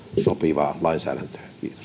sopivaa lainsäädäntöä